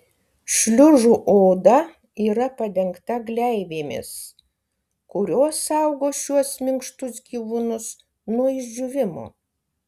šliužų oda yra padengta gleivėmis kurios saugo šiuos minkštus gyvūnus nuo išdžiūvimo